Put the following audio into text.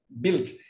built